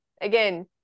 again